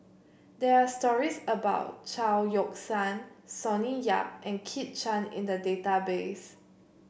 there are stories about Chao Yoke San Sonny Yap and Kit Chan in the database